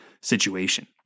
situation